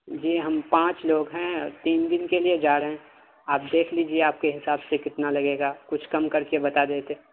جی ہم پانچ لوگ ہیں اور تین دن کے لیے جا رہے ہیں آپ دیکھ لیجیے آپ کے حساب سے کتنا لگے گا کچھ کم کر کے بتا دیتے